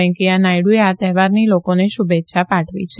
વેંકૈયા નાયડુએ આ તહેવારની લોકોને શુભેચ્છા પાઠવી છે